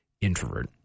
introvert